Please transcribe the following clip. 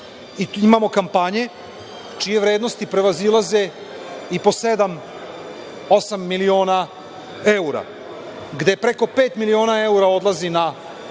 i tu imamo kampanje, čije vrednosti prevazilaze i po sedam, osam miliona evra, gde preko pet miliona evra odlazi na